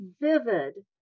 vivid